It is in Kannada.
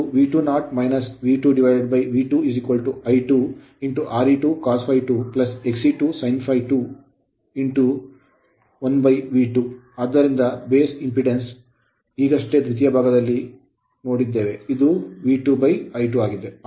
ಆದ್ದರಿಂದ ಇದು V2 I2 Re2 cos ∅2 Xe2 sin ∅2V2 ಆದ್ದರಿಂದ ಬೇಸ್ ಇಂಪೆಡಾನ್ಸ್ ನಾವು ಈಗಷ್ಟೇ ದ್ವಿತೀಯ ಭಾಗದಲ್ಲಿ ಬೇಸ್ ಇಂಪೆಡಾನ್ಸ್ ಅನ್ನು ನೋಡಿದ್ದೇವೆ ಇದು V2I2 ಆಗಿದೆ